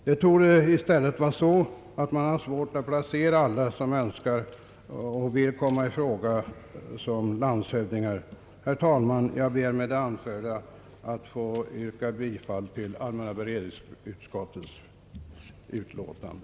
Det torde i stället vara så att man har svårt att placera alla som vill komma i fråga som landshövdingar. Herr talman! Jag ber med det anförda att få yrka bifall till allmänna beredningsutskottets utlåtande.